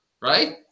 right